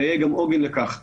אלא יהיה גם עוגן לכך בצו,